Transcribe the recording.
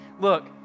Look